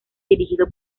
dirigido